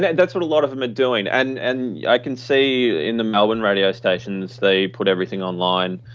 that's what a lot of them are doing. and and i can see in the melbourne radio stations, they put everything online,